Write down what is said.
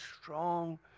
strong